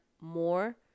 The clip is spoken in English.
more